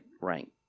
rank